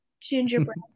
gingerbread